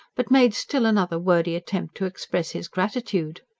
but made still another wordy attempt to express his gratitude.